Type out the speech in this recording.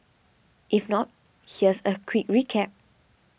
if not here's a quick recap